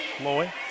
Loy